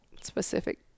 specific